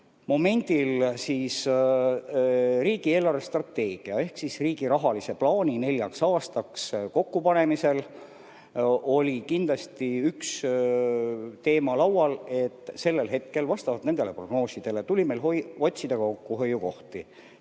meede. Riigi eelarvestrateegia ehk riigi rahalise plaani neljaks aastaks kokkupanemisel oli kindlasti ühe teemana laual, et sellel hetkel vastavalt nendele prognoosidele tuli meil otsida kokkuhoiukohti.